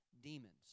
demons